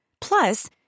Plus